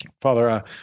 Father